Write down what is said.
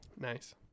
Nice